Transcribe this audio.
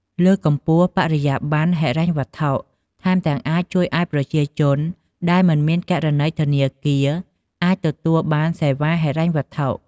លើកកម្ពស់បរិយាប័ន្នហិរញ្ញវត្ថុ ថែមទាំងអាចជួយឲ្យប្រជាជនដែលមិនមានគណនីធនាគារ អាចទទួលបានសេវាហិរញ្ញវត្ថុ។